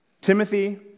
Timothy